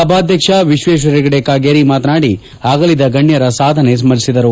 ಸಭಾಧ್ಯಕ್ಷ ವಿಶ್ವೇಶ್ವರ ಹೆಗಡೆ ಕಾಗೇರಿ ಮಾತನಾಡಿ ಆಗಲಿದ ಗಣ್ಯರ ಸಾಧನೆ ಸ್ಮರಿಸಿದರು